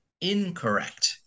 incorrect